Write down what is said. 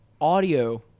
audio